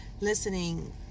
listening